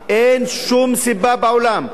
אין שום סיבה בעולם,